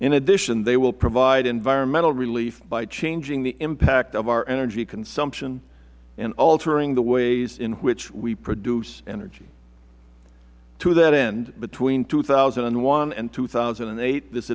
in addition they will provide environmental relief by changing the impact of our energy consumption and altering the ways in which we produce energy to that end between two thousand and one and two thousand and eight this